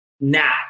now